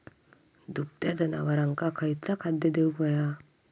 दुभत्या जनावरांका खयचा खाद्य देऊक व्हया?